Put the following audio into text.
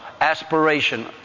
aspiration